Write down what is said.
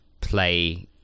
play